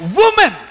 woman